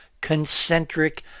concentric